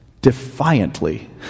defiantly